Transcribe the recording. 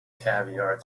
caviar